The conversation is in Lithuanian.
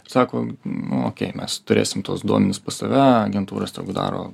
sako nu okei mes turėsim tuos duomenis pas save agentūros tegu daro